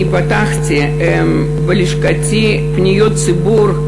פתחתי בלשכתי מחלקת פניות ציבור,